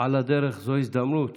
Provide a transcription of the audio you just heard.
על הדרך, זאת הזדמנות